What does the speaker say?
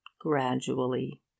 gradually